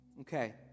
Okay